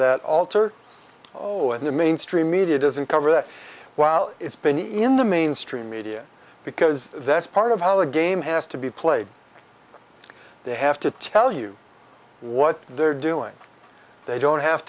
that altar although in the mainstream media doesn't cover it while it's been in the mainstream media because that's part of how the game has to be played they have to tell you what they're doing they don't have